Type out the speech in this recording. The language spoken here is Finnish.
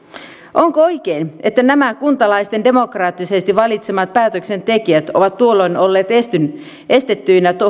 onko oikein että nämä kuntalaisten demokraattisesti valitsemat päätöksentekijät ovat tuolloin olleet estettyinä